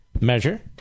measure